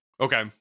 Okay